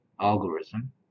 algorithm